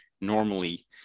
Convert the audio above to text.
normally